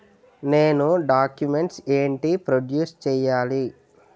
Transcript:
నేను డాక్యుమెంట్స్ ఏంటి ప్రొడ్యూస్ చెయ్యాలి?